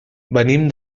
venim